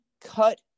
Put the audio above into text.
cut